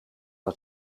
het